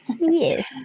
Yes